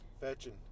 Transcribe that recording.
fetching